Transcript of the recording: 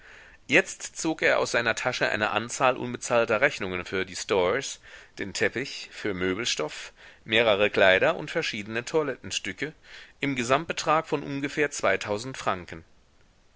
jetzt zog er aus seiner tasche eine anzahl unbezahlter rechnungen für die stores den teppich für möbelstoff mehrere kleider und verschiedene toilettenstücke im gesamtbetrag von ungefähr zweitausend franken